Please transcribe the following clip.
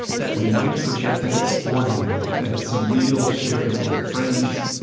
that we might forget that it's ordinary, that it's a meal shared among friends,